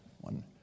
one